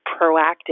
proactive